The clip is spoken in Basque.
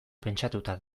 pentsatuta